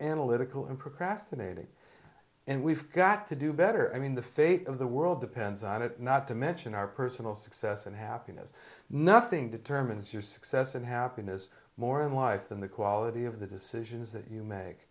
procrastinating and we've got to do better i mean the fate of the world depends on it not to mention our personal success and happiness nothing determines your success and happiness more in life than the quality of the decisions that you make